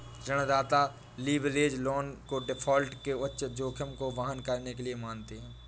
ऋणदाता leverage loan को default के उच्च जोखिम को वहन करने के लिए मानते हैं